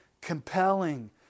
compelling